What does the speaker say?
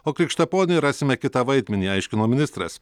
o krikštaponiui rasime kitą vaidmenį aiškino ministras